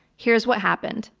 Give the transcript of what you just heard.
here's what happened.